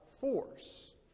force